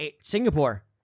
Singapore